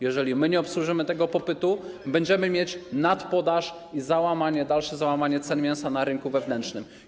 Jeżeli my nie obsłużymy tego popytu, będziemy mieć nadpodaż i dalsze załamanie cen mięsa na rynku wewnętrznym.